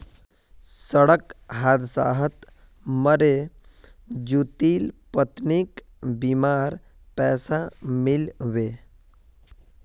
सड़क हादसात मरे जितुर पत्नीक बीमार पैसा मिल बे